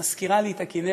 את מזכירה לי את הכינרת,